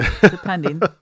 depending